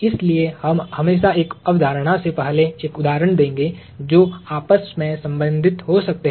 इसलिए हम हमेशा एक अवधारणा से पहले एक उदाहरण देंगे जो आपस में संबंधित हो सकते हैं